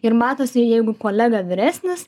ir matosi jeigu kolega vyresnis